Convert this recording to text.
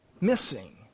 missing